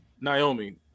Naomi